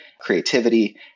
creativity